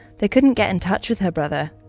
they couldn't get in touch with her brother,